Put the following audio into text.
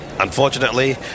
unfortunately